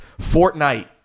Fortnite